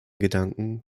gedanken